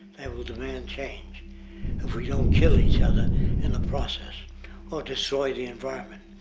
they will demand change if we don't kill each other in the process or destroy the environment.